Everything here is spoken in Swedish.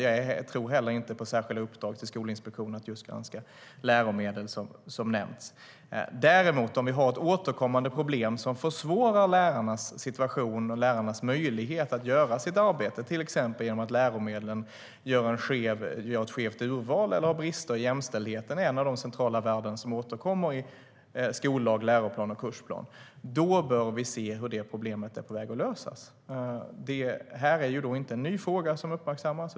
Jag tror heller inte på särskilda uppdrag till Skolinspektionen att just granska läromedel, som nämnts. Det här är inte en ny fråga som uppmärksammas.